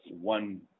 one